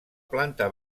planta